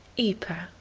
ypres.